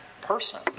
person